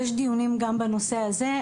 יש דיונים גם בנושא הזה,